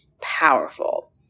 powerful